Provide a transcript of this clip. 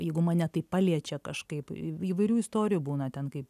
jeigu mane tai paliečia kažkaip įv įvairių istorijų būna ten kaip